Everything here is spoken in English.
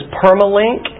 permalink